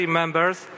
members